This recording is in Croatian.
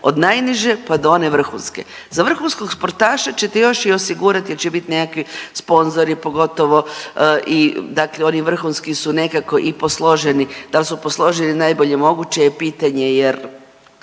od najniže pa do one vrhunske, Za vrhunskog sportaša ćete još i osigurati jer će biti nekakvi sponzori, pogotovo i dakle oni vrhunski su nekako i posloženi. Dal su posloženi najbolje moguće je pitanje jer